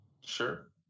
Sure